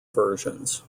versions